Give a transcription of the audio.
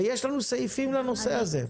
ויש לנו סעיפים שעוסקים בזה.